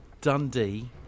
Dundee